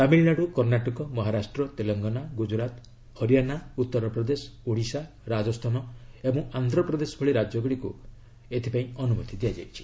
ତାମିଲ୍ନାଡୁ କର୍ଷାଟକ ମହାରାଷ୍ଟ୍ର ତେଲଙ୍ଗାନା ଗୁଜୁରାତ୍ ହରିୟାଣା ଉତ୍ତର ପ୍ରଦେଶ ଓଡ଼ିଶା ରାଜସ୍ଥାନ ଓ ଆନ୍ଧ୍ରପ୍ରଦେଶ ଭଳି ରାଜ୍ୟଗୁଡ଼ିକୁ ଏଥିରେ ଅନୁମତି ଦିଆଯାଇଛି